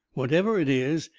whatever it is,